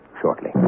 shortly